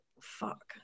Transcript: fuck